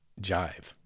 jive